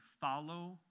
Follow